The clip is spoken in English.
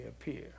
appear